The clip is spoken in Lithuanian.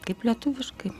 kaip lietuviškai